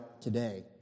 today